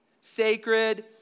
sacred